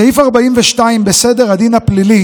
סעיף 42 בחוק סדר הדין הפלילי